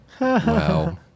Wow